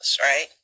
right